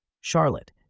Charlotte